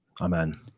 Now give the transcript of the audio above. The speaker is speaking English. Amen